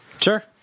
Sure